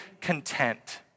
content